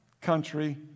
country